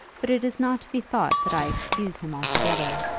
but it is not to be thought that i excuse him altogether.